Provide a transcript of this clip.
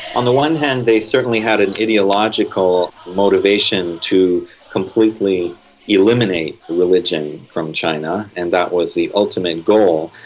on the one hand they certainly had an ideological motivation to completely eliminate religion from china, and that was the ultimate goal.